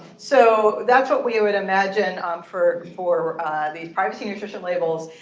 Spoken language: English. so that's what we would imagine um for for these privacy nutrition labels.